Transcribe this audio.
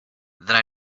then